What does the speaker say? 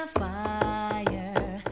fire